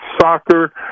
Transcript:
soccer